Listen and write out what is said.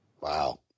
Wow